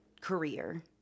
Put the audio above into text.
career